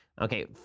Okay